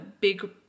big